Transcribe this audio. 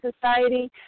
society